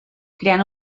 creant